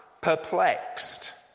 perplexed